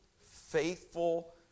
faithful